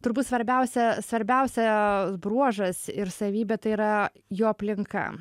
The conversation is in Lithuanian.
turbūt svarbiausia svarbiausias bruožas ir savybė tai yra jo aplinka